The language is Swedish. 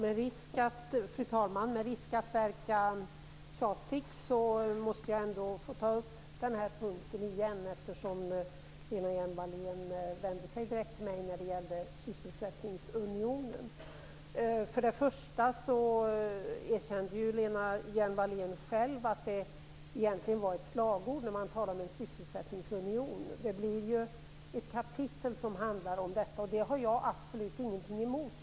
Fru talman! Med risk att verka tjatig måste jag ändå få ta upp en punkt eftersom Lena Hjelm-Wallén vände sig direkt till mig när det gäller sysselsättningsunionen. Lena Hjelm-Wallén erkände att det egentligen var ett slagord när man talar om en sysselsättningsunion. Det blir ett kapitel som handlar om detta. Det har jag absolut ingenting emot.